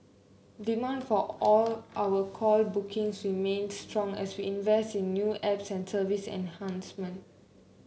demand for all our call bookings remains strong as we invest in new apps and service enhancement